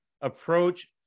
approach